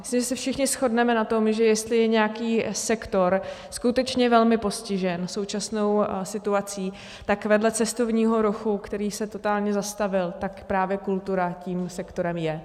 Myslím, že se všichni shodneme na tom, že jestli je nějaký sektor skutečně velmi postižen současnou situací, tak vedle cestovního ruchu, který se totálně zastavil, tak právě kultura tím sektorem je.